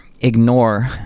ignore